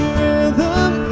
rhythm